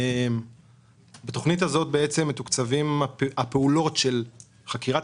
בתוכנית הזאת בעצם מתוקצבות הפעולות של חקירת